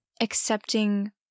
accepting